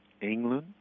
England